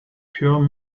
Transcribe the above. pure